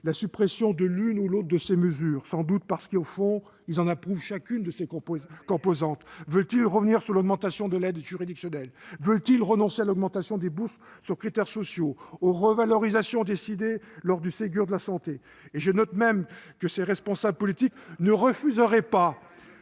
la suppression de l'une ou l'autre de ces mesures, ... Nous l'avons fait hier !... sans doute parce qu'au fond ils en approuvent chacune des composantes. Veulent-ils revenir sur l'augmentation de l'aide juridictionnelle ? Veulent-ils renoncer à l'augmentation des bourses sur critères sociaux, aux revalorisations décidées lors du Ségur de la santé ? J'observe du reste que ces mêmes responsables politiques ne refuseront